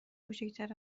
کوچیکتر